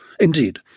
Indeed